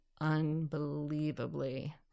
unbelievably